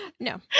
No